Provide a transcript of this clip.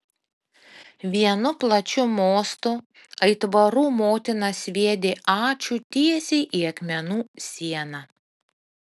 vienu plačiu mostu aitvarų motina sviedė ačiū tiesiai į akmenų sieną